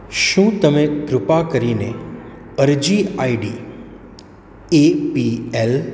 શું તમે કૃપા કરીને અરજી આઇડી એ પી એલ